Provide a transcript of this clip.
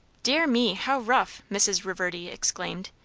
dear me, how rough! mrs. reverdy exclaimed.